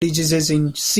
diseases